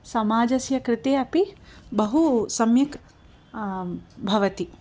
समाजस्य कृते अपि बहु सम्यक् भवति